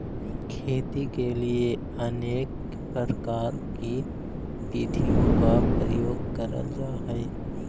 खेती के लिए अनेक प्रकार की विधियों का प्रयोग करल जा हई